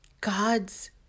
God's